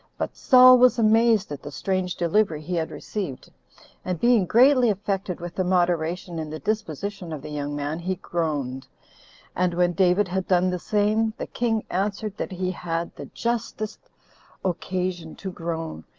but saul was amazed at the strange delivery he had received and being greatly affected with the moderation and the disposition of the young man, he groaned and when david had done the same, the king answered that he had the justest occasion to groan,